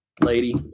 lady